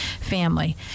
family